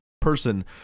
person